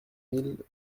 mille